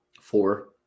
Four